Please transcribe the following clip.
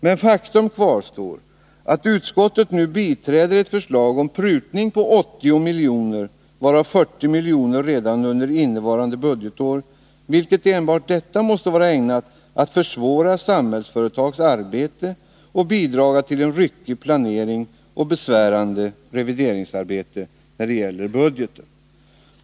Men faktum kvarstår att utskottet nu biträder ett förslag om prutning på 80 milj.kr., varav 40 miljoner redan under innevarande budgetår, vilket enbart detta måste vara ägnat att försvåra Samhällsföretags arbete och bidraga till en ryckig planering och besvärande revideringsarbete när det gäller budgeten.